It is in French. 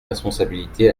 responsabilité